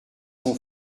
son